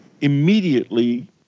immediately